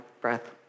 breath